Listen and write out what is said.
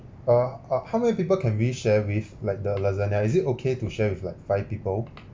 uh uh how many people can we share with like the lasagna is it okay to share with like five people